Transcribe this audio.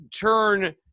turn